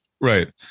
Right